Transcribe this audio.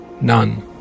None